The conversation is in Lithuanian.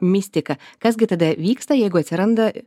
mistika kas gi tada vyksta jeigu atsiranda